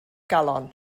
galon